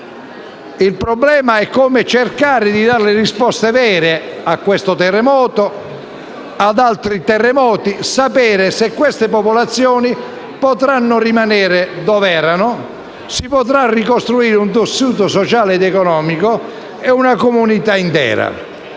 Il problema è come cercare di dare risposte vere a questo e ad altri terremoti, sapere se queste popolazioni potranno rimanere dove erano, se si potrà ricostruire un tessuto sociale ed economico e una comunità intera.